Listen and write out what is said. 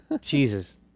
Jesus